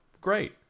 great